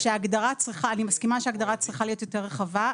שאני מסכימה שההגדרה צריכה להיות יותר רחבה.